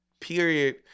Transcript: period